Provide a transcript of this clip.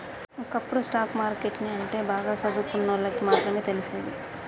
ఒకప్పుడు stock market ని అంటే బాగా సదువుకున్నోల్లకి మాత్రమే తెలిసేది